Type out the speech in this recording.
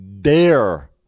dare